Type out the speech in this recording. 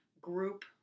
group